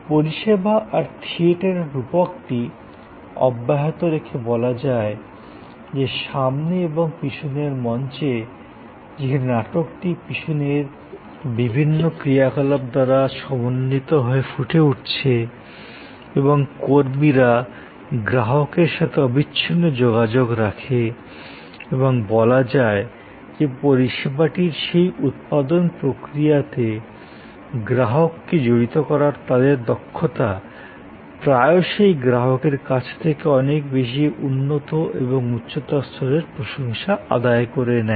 পরিষেবা আর থিয়েটারের রূপকটি অব্যাহত রেখে বলা যায় যে সামনে এবং পিছনের মঞ্চে যেখানে নাটকটি পিছনের বিভিন্ন ক্রিয়াকলাপ দ্বারা সমর্থিত হয় ফুটে উঠেছে এবং কর্মীরা গ্রাহকের সাথে অবিচ্ছিন্ন যোগাযোগ রাখে এবং বলা যায় যে পরিষেবাটির সেই উৎপাদন প্রক্রিয়াতে গ্রাহককে জড়িত করার তাদের দক্ষতা প্রায়শই গ্রাহকের কাছ থেকে অনেক বেশি উন্নত এবং উচ্চতর স্তরের প্রশংসা আদায় করে নেয়